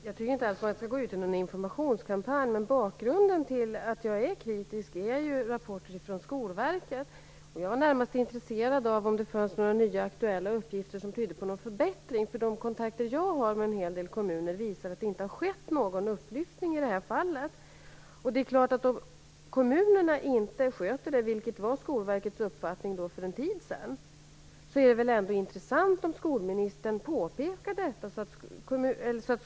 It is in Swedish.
Fru talman! Jag tycker inte alls att man skall gå ut i någon informationskampanj. Bakgrunden till att jag är kritisk är vissa rapporter från Skolverket. Jag är närmast intresserad av om ifall det finns några nya aktuella uppgifter som tyder på någon förbättring. De kontakter jag har med en hel del kommuner visar att det inte har skett någon upplyftning i detta fall. Om kommunerna, i enlighet med Skolverkets uppfattning för en tid sedan, inte sköter detta är det väl ändå intressant om skolministern kan påpeka det.